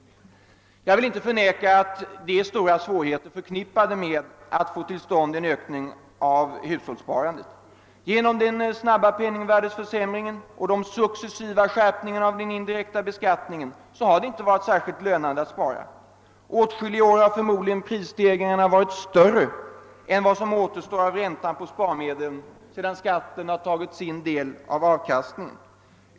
Jag vill inte förneka att det är stora svårigheter förknippade med att få till stånd en ökning av hushållssparandet. Genom den snabba penningvärdeförsämringen och de successiva skärpningarna av den indirekta beskattningen har det inte ställt sig särskilt lönande att spara. Åtskilliga år har förmodligen prisstegringarna varit större än vad som återstår av räntan på sparmedlen sedan skatten tagit sin del av avkastningen.